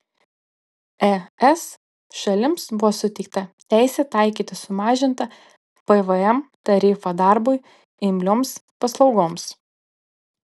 es šalims buvo suteikta teisė taikyti sumažintą pvm tarifą darbui imlioms paslaugoms